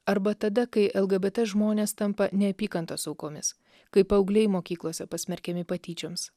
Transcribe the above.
arba tada kai lgbt žmonės tampa neapykantos aukomis kai paaugliai mokyklose pasmerkiami patyčioms